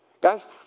Guys